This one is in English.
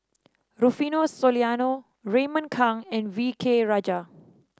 Rufino Soliano Raymond Kang and V K Rajah